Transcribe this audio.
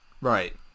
Right